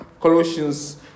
Colossians